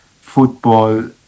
football